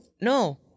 No